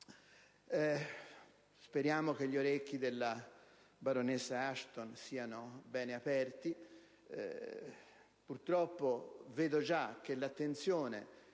Speriamo che le orecchie della baronessa Ashton siano ben aperte. Purtroppo, vedo già che l'attenzione